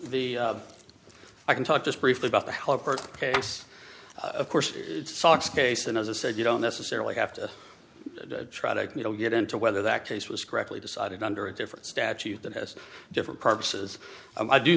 i can talk just briefly about the case of course socks case and as i said you don't necessarily have to try to get into whether that case was correctly decided under a different statute that has different purposes i do